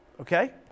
okay